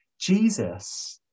Jesus